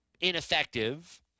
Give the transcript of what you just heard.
ineffective